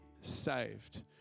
saved